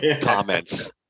comments